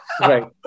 Right